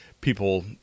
people